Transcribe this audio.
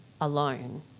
alone